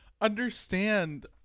understand